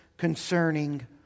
Concerning